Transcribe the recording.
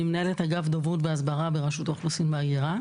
אני מנהלת אגף דוברות והסברה ברשות האוכלוסין וההגירה.